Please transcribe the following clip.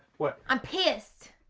what? i'm pissed!